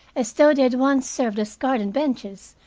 as though they had once served as garden benches,